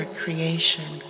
creation